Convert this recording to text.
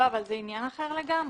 אבל זה עניין אחר לגמרי.